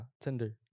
Tinder